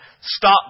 stop